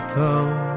town